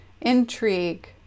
intrigue